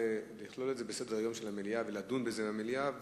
זה לכלול את הנושא בסדר-היום של הכנסת ולדון בזה במליאה,